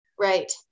Right